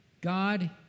God